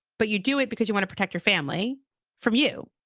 but you do it because you want to protect your family from you.